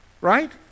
right